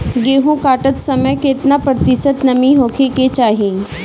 गेहूँ काटत समय केतना प्रतिशत नमी होखे के चाहीं?